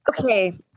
Okay